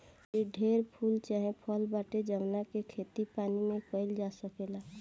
आऊरी ढेरे फूल चाहे फल बाटे जावना के खेती पानी में काईल जा सकेला